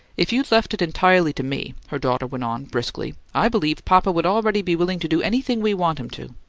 if you'd left it entirely to me, her daughter went on, briskly, i believe papa'd already be willing to do anything we want him to.